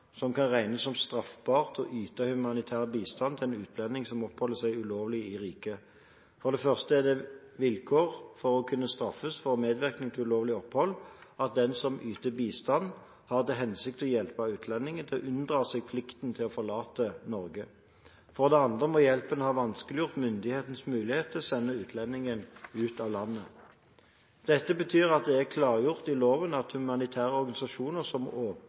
kan regnes som straffbart å yte humanitær bistand til en utlending som oppholder seg ulovlig i riket. Det er for det første et vilkår for å kunne straffes for medvirkning til ulovlig opphold at den som yter bistand, har til hensikt å hjelpe utlendingen med å unndra seg plikten til å forlate Norge. For det andre må hjelpen ha vanskeliggjort myndighetenes muligheter til å sende utlendingen ut av landet. Dette betyr at det er klargjort i loven at bistanden som humanitære organisasjoner